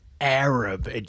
Arab